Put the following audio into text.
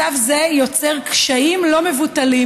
מצב זה יוצר קשיים לא מבוטלים,